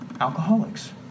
alcoholics